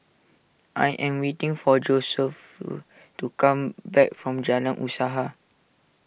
I am waiting for Josephus to come back from Jalan Usaha